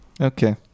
Okay